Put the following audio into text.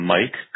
Mike